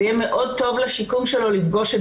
זה יהיה מאוד טוב לשיקום שלו לפגוש את